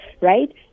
right